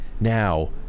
now